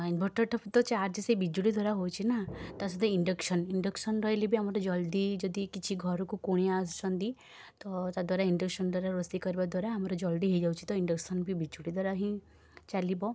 ଇନଭଟର୍ଟା ବି ତ ଚାର୍ଜ ସେଇ ବିଜୁଳି ଦ୍ୱାରା ହେଉଛି ନା ତା' ସହିତ ଇଣ୍ଡକ୍ସନ୍ ଇଣ୍ଡକ୍ସନ୍ ରହିଲେ ବି ଆମର ଜଲ୍ଦି ଯଦି କିଛି ଘରକୁ କୁଣିଆ ଆସୁଛନ୍ତି ତ ତା' ଦ୍ୱାରା ଇଣ୍ଡକ୍ସନ୍ ଦ୍ୱାରା ରୋଷେଇ କରିବା ଦ୍ୱାରା ଆମର ଜଲ୍ଦି ହେଇଯାଉଛି ତ ଇଣ୍ଡକ୍ସନ୍ ବି ବିଜୁଳି ଦ୍ୱାରା ହିଁ ଚାଲିବ